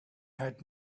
had